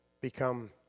become